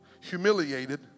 Humiliated